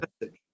message